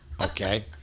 Okay